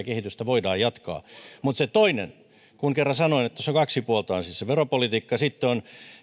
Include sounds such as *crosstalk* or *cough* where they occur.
*unintelligible* kehitystä voidaan jatkaa kun kerran sanoin että tässä on kaksi puolta on siis se veropolitiikka ja sitten on